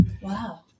Wow